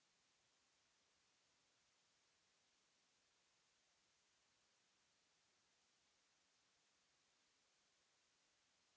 Merci